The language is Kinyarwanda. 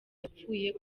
yapfuye